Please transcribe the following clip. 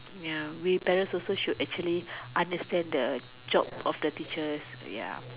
ya we parents should also actually understand the job of the teachers ya